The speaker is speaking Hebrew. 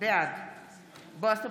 בעד בועז טופורובסקי,